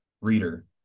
reader